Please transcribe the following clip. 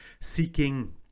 seeking